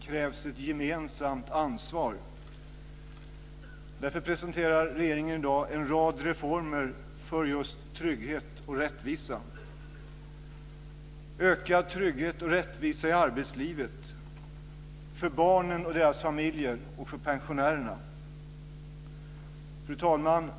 krävs ett gemensamt ansvar. Därför presenterar regeringen i dag en rad reformer för trygghet och rättvisa - ökad trygghet och rättvisa i arbetslivet, för barnen och deras familjer och för pensionärerna. Fru talman!